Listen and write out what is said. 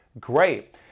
great